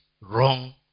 wrong